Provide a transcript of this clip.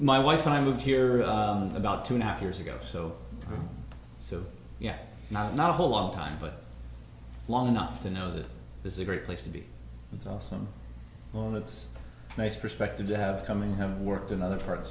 my wife and i moved here about two and a half years ago so so yeah not not a whole lot of time but long enough to know that this is a great place to be it's also well that's nice perspective to have coming have worked in other parts